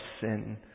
sin